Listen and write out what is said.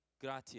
Gratia